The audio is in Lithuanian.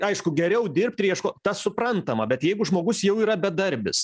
aišku geriau dirbt ir ieško tas suprantama bet jeigu žmogus jau yra bedarbis